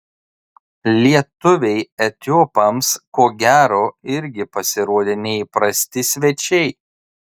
lietuviai etiopams ko gero irgi pasirodė neįprasti svečiai